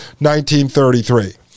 1933